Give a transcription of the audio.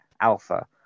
Alpha